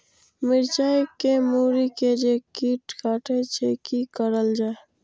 मिरचाय के मुरी के जे कीट कटे छे की करल जाय?